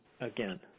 again